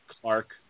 Clark